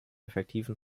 effektiven